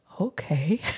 okay